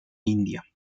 india